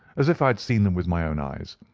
as if i had seen them with my own eyes.